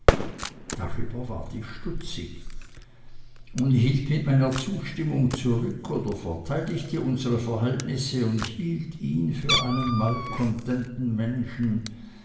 darüber ward ich stutzig und hielt mit meinen zustimmungen zurück oder verteidigte unsere verhältnisse und hielt ihn für einen malkontenten menschen